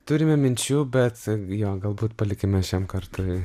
turime minčių bet jo galbūt palikime šiam kartui